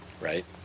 right